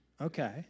Okay